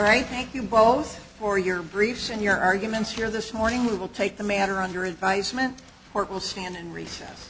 right thank you both for your briefs and your arguments here this morning we will take the matter under advisement or it will stand in recess